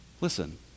Listen